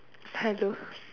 hello